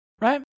right